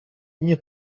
дні